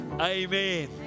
Amen